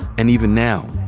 and even now,